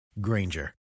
Granger